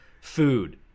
food